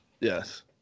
yes